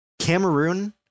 Cameroon